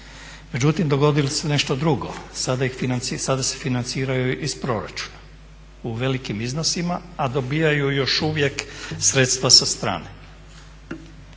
Međutim, dogodilo se nešto drugo. Sada se financiraju i proračuna u velikim iznosima, a dobijaju još uvijek sredstva sa strane.